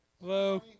Hello